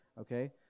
Okay